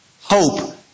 Hope